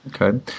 Okay